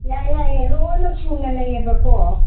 ꯌꯥꯏ ꯌꯥꯏꯌꯦ ꯂꯣꯏꯅꯃꯛ ꯁꯨꯅ ꯂꯩꯌꯦꯕꯀꯣ